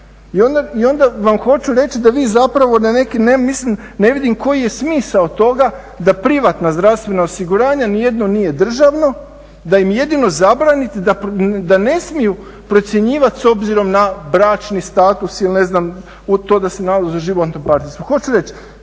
I onda vam hoću reći da vi zapravo na neki, mislim ne vidim koji je smisao toga da privatna zdravstvena osiguranja, ni jedno nije državno, da im jedino zabranite da ne smiju procjenjivat s obzirom na bračni status ili u to da se nalaze u životnom partnerstvu.